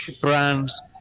brands